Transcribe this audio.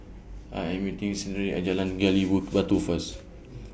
I Am meeting Serenity At Jalan Gali Wood Batu First